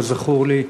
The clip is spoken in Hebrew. כזכור לי,